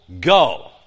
go